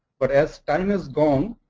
but as time has gone,